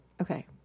Okay